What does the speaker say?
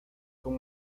con